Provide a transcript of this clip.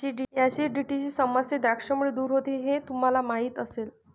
ऍसिडिटीची समस्याही द्राक्षांमुळे दूर होते हे तुम्हाला माहिती असेल